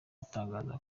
atangaza